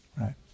Right